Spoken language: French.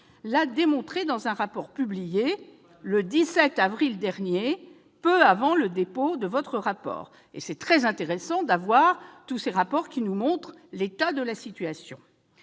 l'a démontré dans un rapport publié le 17 avril dernier, peu avant le dépôt de votre rapport. Il est intéressant de disposer de ces rapports sur l'état de la situation.